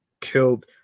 killed